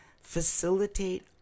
facilitate